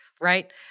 right